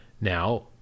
Now